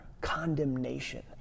condemnation